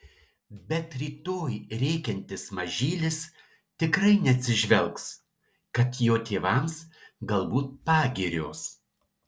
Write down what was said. bet rytoj rėkiantis mažylis tikrai neatsižvelgs kad jo tėvams galbūt pagirios